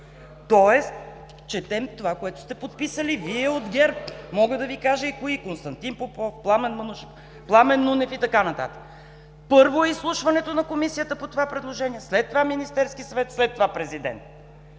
Тоест четем това, което сте подписали Вие от ГЕРБ. Мога да Ви кажа и кои: Константин Попов, Пламен Манушев, Пламен Нунев и така нататък. Първо е изслушването на Комисията по това предложение, след това Министерският съвет, след това президентът.